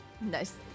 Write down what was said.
nice